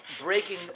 breaking